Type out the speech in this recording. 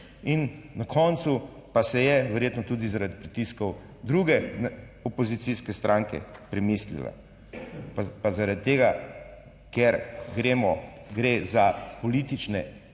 in na koncu pa se je verjetno tudi zaradi pritiskov druge opozicijske stranke premislila. Pa zaradi tega, ker gremo, gre za politične